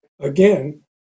again